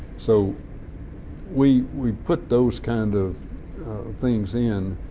so we we put those kind of things in,